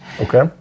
Okay